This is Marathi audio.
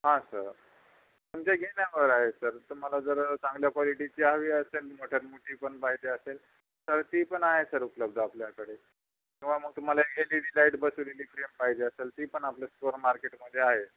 हा सर तुमच्या घेल्यावर आहे सर तुम्हाला जर चांगल्या क्वालिटीची हवी असेल मोठ्यातमोठीपण पाहिजे असेल तर तीपण आहे सर उपलब्ध आपल्याकडे किंवा मग तुम्हाला एल ई डी लाईट बसवलेली फ्रेम पाहिजे असेल तीपण आपल्या सुपर मार्केटमध्ये आहे